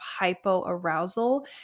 hypoarousal